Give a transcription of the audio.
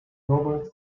robert